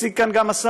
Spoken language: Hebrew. הציג כאן גם השר,